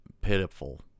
pitiful